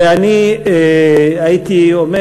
הייתי אומר,